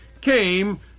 came